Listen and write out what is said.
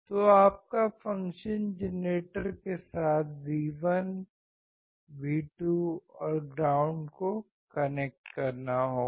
तो आपको function generator के साथ V1 V2 और ग्राउंड को कनेक्ट करना होगा